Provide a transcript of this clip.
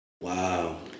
Wow